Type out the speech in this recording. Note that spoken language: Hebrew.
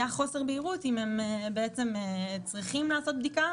היה חוסר בהירות אם הם בעצם צריכים לעשות בדיקה,